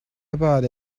about